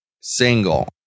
single